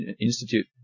Institute